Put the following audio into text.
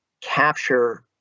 capture